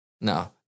No